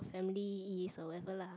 family is or whatever lah